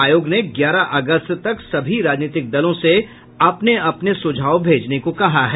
आयोग ने ग्यारह अगस्त तक सभी राजनीतिक दलों से अपने अपने सुझाव भेजने को कहा है